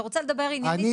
אתה רוצה לדבר עניינית,